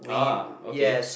ah okay